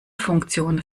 funktion